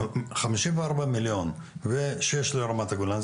חמישים וארבעה מיליון ושש לרמת הגולן,